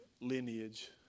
lineage